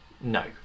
no